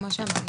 כמו שאמרנו,